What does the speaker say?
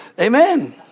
Amen